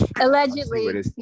Allegedly